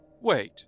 Wait